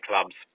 clubs